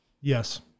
Yes